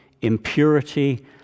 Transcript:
impurity